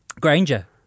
Granger